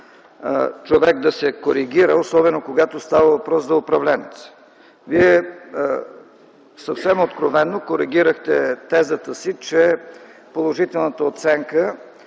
човек да се коригира, особено когато става въпрос за управленец. Вие съвсем откровено коригирахте тезата си, че положителната оценка